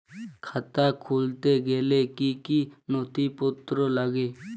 খাতা খুলতে গেলে কি কি নথিপত্র লাগে?